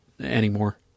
anymore